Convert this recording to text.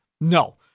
No